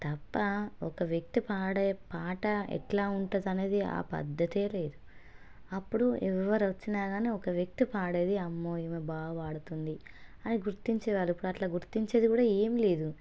తప్ప ఒక వ్యక్తి పాడే పాట ఎలా ఉంటుంది అనేది ఆ పద్ధతే లేదు అప్పుడు ఎవరు వచ్చినా కానీ ఒక వ్యక్తి పాడేది అమ్మో ఈమె బాగా పాడుతుంది అని గుర్తించేవాళ్ళు ఇప్పుడు అలా గుర్తించేది కూడా ఏం లేదు